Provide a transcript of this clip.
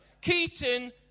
Keaton